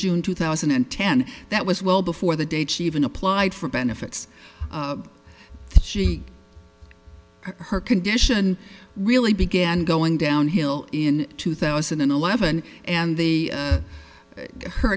june two thousand and ten that was well before the date she even applied for benefits she her condition really began going downhill in two thousand and eleven and they got her